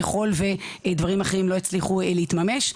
ככל שדברים אחרים לא יצליחו להתממש,